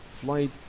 flight